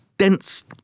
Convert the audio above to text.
dense